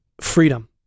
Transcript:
freedom